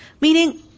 meaning